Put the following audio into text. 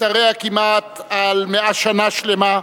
משתרע כמעט על מאה שלמה,